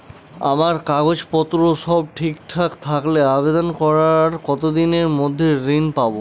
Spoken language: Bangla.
আমার কাগজ পত্র সব ঠিকঠাক থাকলে আবেদন করার কতদিনের মধ্যে ঋণ পাব?